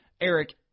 Eric